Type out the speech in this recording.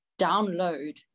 download